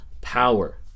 power